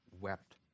wept